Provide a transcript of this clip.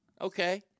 Okay